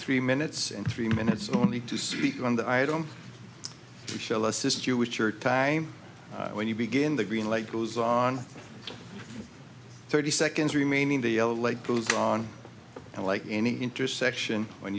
three minutes and three minutes only to speak on the i don't shell assist you with your time when you begin the green light goes on thirty seconds remaining the yellow light goes on and like any intersection when